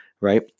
Right